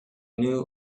knew